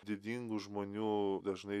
didingų žmonių dažnai